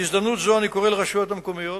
בהזדמנות זו אני קורא לרשויות המקומיות